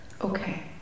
Okay